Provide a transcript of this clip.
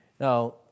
Now